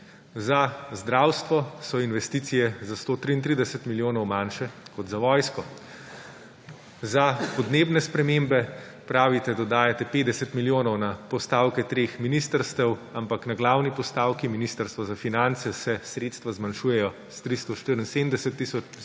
Za zdravstvo so investicije za 133 milijonov manjše kot za vojsko. Za podnebne spremembe pravite, da dodajate 50 milijonov na postavke treh ministrstev, ampak na glavni postavki Ministrstva za finance se sredstva zmanjšujejo s 374